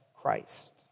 Christ